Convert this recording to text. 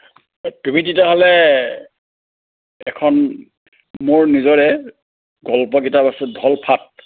তুমি তেতিয়াহ'লে এখন মোৰ নিজৰে গল্প কিতাপ আছে ধলফাট